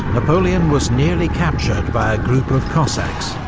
napoleon was nearly captured by a group of cossacks,